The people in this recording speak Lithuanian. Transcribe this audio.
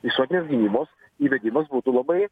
išorinės gynybos įvedimas būtų labai